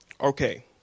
Okay